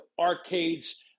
arcades